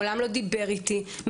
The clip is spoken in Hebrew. מעולם לא דיבר איתי,